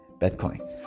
bitcoin